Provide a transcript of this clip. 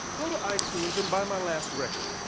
go to itunes, and buy my last record.